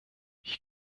ich